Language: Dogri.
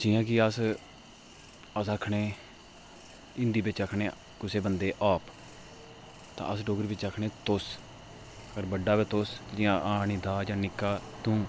जियां कि अस आखनें हिंदी बिच आखनेआं कुसैं बंदे गी आप तां अस डोगरी बिच आखनेआं तुस होर बडा होए तां तुस ते निक्का होए ते तूं